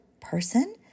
person